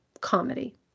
comedy